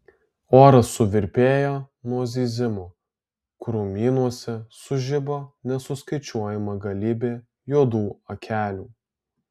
oras suvirpėjo nuo zyzimo krūmynuose sužibo nesuskaičiuojama galybė juodų akelių